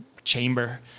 Chamber